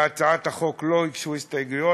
להצעת החוק לא הוגשו הסתייגות,